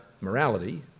morality